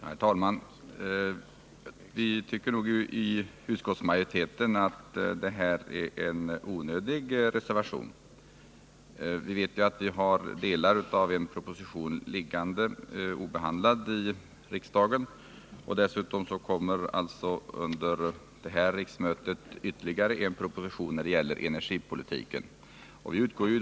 Herr talman! Vi inom utskottsmajoriteten tycker att reservationen är onödig. Vi vet ju att vi har delar av en proposition liggande obehandlade i riksdagen. Dessutom kommer ju under innevarande riksmöte ytterligare en proposition om energipolitiken att läggas fram.